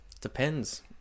Depends